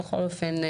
בכל אופן,